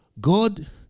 God